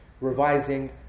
revising